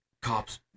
cops